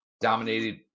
dominated